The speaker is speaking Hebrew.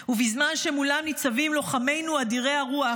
ובזמן שמולם ניצבים לוחמינו אדירי הרוח,